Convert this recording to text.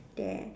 there